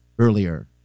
earlier